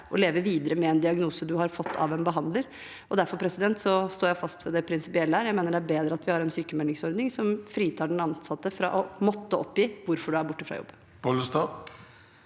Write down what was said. å leve videre med en diagnose du har fått av en behandler. Derfor står jeg fast ved det prinsipielle. Jeg mener det er bedre at vi har en sykmeldingsordning, som fritar den ansatte fra å måtte oppgi hvorfor man er borte fra jobb.